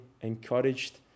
encouraged